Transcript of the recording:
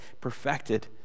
perfected